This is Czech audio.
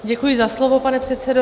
Děkuji za slovo, pane předsedo.